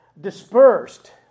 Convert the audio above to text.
dispersed